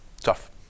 tough